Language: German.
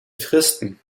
fristen